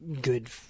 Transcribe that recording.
good